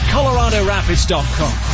ColoradoRapids.com